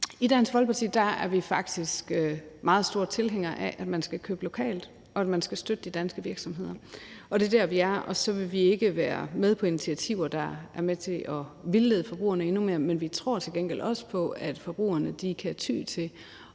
I Dansk Folkeparti er vi faktisk meget store tilhængere af, at man skal købe lokalt, og at man skal støtte de danske virksomheder. Det er der, vi er, og så vil vi ikke være med på initiativer, der er med til at vildlede forbrugerne endnu mere, men vi tror til gengæld også på, at forbrugerne kan ty til